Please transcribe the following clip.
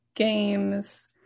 games